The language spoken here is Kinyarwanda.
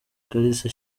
kalisa